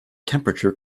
temperature